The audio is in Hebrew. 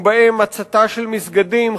ובהם הצתה של מסגדים,